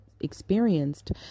experienced